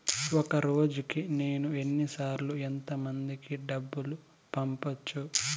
ఒక రోజుకి నేను ఎన్ని సార్లు ఎంత మందికి డబ్బులు పంపొచ్చు?